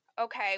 okay